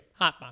Hotbox